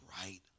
right